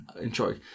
enjoy